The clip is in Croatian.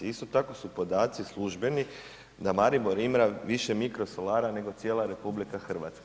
Isto tako su podaci službeni da Maribor ima više mikrosolara nego cijela RH.